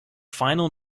final